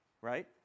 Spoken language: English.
Right